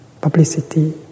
publicity